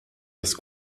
las